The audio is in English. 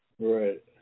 Right